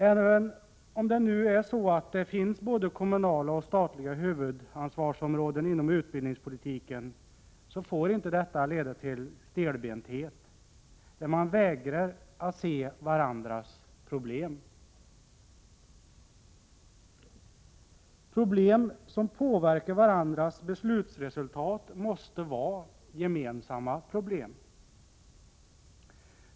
Även om det nu finns både kommunala och statliga huvudansvarsområden inom utbildningspolitiken får inte detta leda till stelbenthet, så att man vägrar att se varandras problem. Problem som påverkar båda dessa ansvarsområdens beslutsresultat måste vara gemensamma problem.